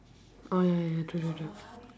oh ya ya ya true true true